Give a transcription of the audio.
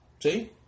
See